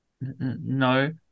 No